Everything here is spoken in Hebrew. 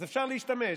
אז אפשר להשתמש,